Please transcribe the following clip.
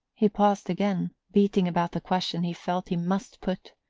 he paused again, beating about the question he felt he must put.